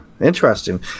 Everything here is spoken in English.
interesting